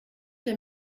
der